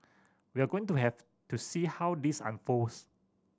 we're going to have to see how this unfolds